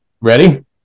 Ready